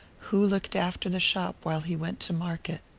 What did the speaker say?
who looked after the shop while he went to market.